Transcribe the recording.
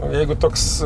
o jeigu toks